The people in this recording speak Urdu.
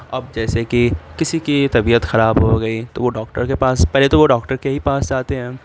اب جیسے کہ کسی کی طبیعت خراب ہو گئی تو وہ ڈاکٹر کے پاس پہلے تو وہ ڈاکٹر کے ہی پاس جاتے ہیں